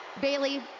Bailey